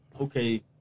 okay